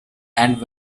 and